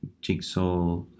Jigsaw